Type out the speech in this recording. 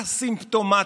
א-סימפטומטי,